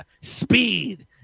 Speed